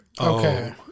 Okay